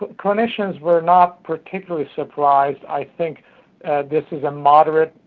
clinicians were not particularly surprised. i think this is a moderate